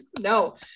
No